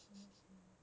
um K